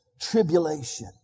tribulation